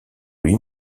lui